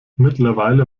mittlerweile